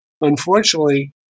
Unfortunately